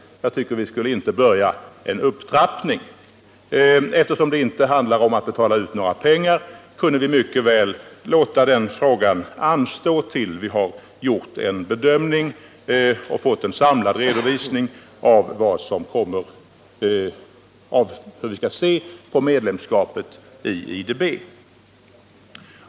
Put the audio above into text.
Jag tycker inte vi skall börja en upptrappning. Eftersom det inte handlar om att betala ut några pengar kunde vi mycket väl låta den frågan anstå tills vi har fått en samlad redovisning och gjort en bedömning av hur vi skall se på medlemskapet i IDB.